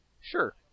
Sure